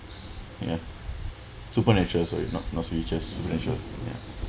yeah supernatural sorry not not spiritual ya sure ya